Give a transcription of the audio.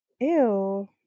Ew